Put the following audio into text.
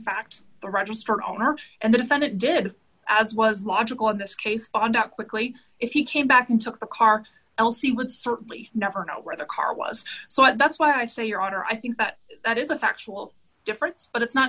fact the registered owner and the defendant did as was logical in this case found out quickly if he came back and took the car else he would certainly never know where the car was so i that's why i say your honor i think that that is a factual difference but it's not